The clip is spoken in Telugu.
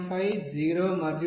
5 0 మరియు 0